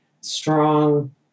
strong